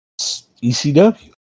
ECW